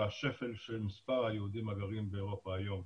והשפל של מספר היהודים הגרים באירופה היום.